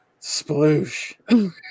Sploosh